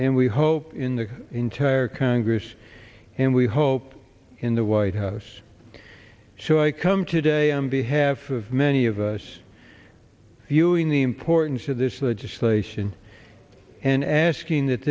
and we hope in the entire congress and we hope in the white house so i come today on behalf of many of us viewing the importance of this legislation and asking that